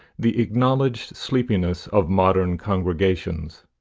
the acknowledged sleepiness of modern congregations.